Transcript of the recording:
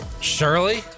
Shirley